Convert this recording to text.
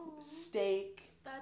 steak